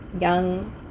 young